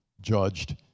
judged